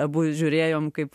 abu žiūrėjom kaip